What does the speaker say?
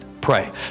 Pray